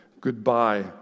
goodbye